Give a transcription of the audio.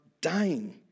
dying